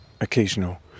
occasional